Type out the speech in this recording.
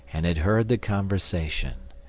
and had heard the conversation.